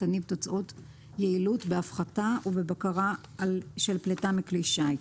תניב תוצאות יעילות בהפחתה ובבקרה של פליטה מכלי השיט.